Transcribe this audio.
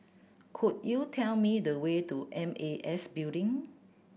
could you tell me the way to M A S Building